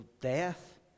death